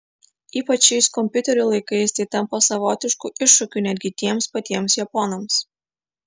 ypač šiais kompiuterių laikais tai tampa savotišku iššūkiu netgi tiems patiems japonams